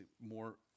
more